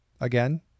again